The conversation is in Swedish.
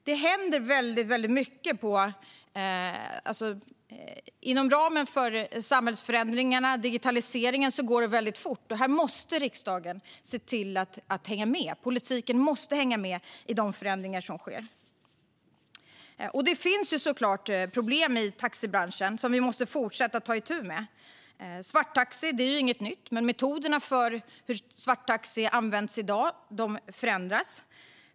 Det händer väldigt mycket, och inom ramen för samhällsförändringarna går det väldigt fort. Här måste riksdagen se till att hänga med. Politiken måste hänga med i de förändringar som sker. Det finns såklart problem i taxibranschen som vi måste fortsätta att ta itu med. Svarttaxi är inget nytt, men metoderna för hur svarttaxi används förändras i dag.